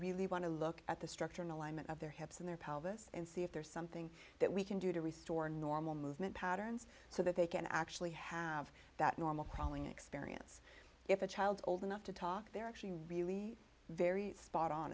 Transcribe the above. really want to look at the structure and alignment of their hips and their pal this and see if there is something that we can do to restore normal movement patterns so that they can actually have that normal crawling experience if a child is old enough to talk they're actually really very spot on